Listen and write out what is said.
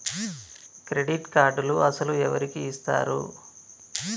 Credit కార్డులు అసలు ఎవరికి ఇస్తారు?